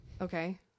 okay